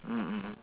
mm mm